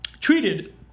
treated